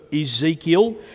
Ezekiel